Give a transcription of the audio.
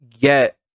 get